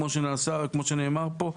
כמו שנאמר פה,